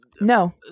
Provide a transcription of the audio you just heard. No